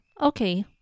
Okay